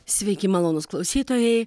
sveiki malonūs klausytojai